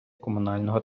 комунального